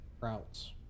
routes